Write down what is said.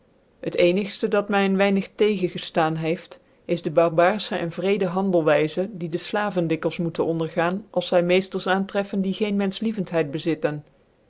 het ccnigftc dar my een weinig tcgcngcüaan heeft is de barbaarfc en wreede handelwijze die de flavcn dikwils moeten ondergaan als zy meefters aantreffen die geen mcnslicvcnthcid bezitten